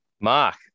Mark